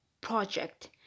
project